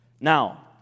Now